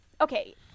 okay